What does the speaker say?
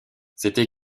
c’était